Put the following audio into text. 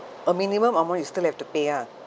a minimum amount you still have to pay ah